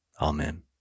Amen